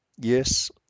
Yes